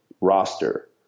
roster